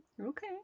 Okay